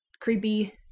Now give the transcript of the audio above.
creepy